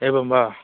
एवं वा